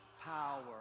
power